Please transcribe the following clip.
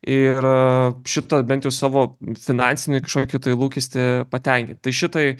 ir šitą bent jau savo finansinį kažkokį tai lūkestį patenkint tai šitai